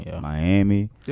Miami